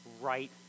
right